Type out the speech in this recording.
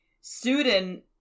student